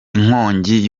inkongi